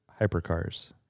hypercars